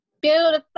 Beautiful